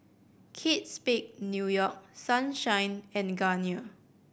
Kate Spade New York Sunshine and Garnier